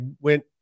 went